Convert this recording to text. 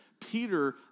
Peter